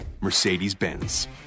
Mercedes-Benz